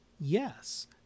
yes